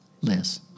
Liz